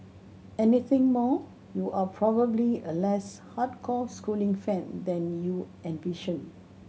anything more you are probably a less hardcore schooling fan than you envisioned